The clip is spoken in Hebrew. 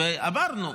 אמרנו,